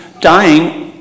dying